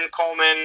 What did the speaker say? Coleman